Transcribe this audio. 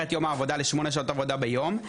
את יום העבודה לשמונה שעות עבודה ביום.